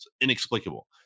Inexplicable